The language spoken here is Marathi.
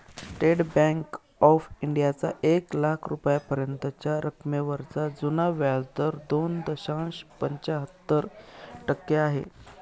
स्टेट बँक ऑफ इंडियाचा एक लाख रुपयांपर्यंतच्या रकमेवरचा जुना व्याजदर दोन दशांश पंच्याहत्तर टक्के आहे